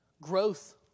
growth